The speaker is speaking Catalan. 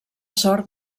sort